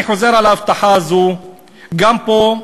אני חוזר על ההבטחה הזאת גם פה,